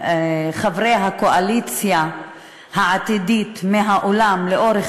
שחברי הקואליציה העתידית נעלמים מהאולם לאורך